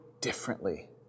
differently